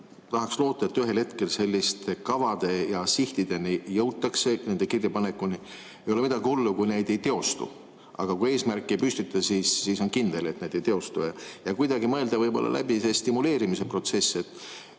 tahaks loota, et ühel hetkel jõutakse selliste kavade ja sihtideni, nende kirjapanekuni. Ei ole midagi hullu, kui need ei teostu, aga kui eesmärki ei püstita, siis on kindel, et need ei teostu. Kuidagi võiks mõelda läbi selle stimuleerimise protsessi, kas